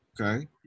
Okay